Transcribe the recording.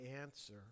answer